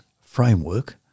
framework